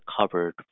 covered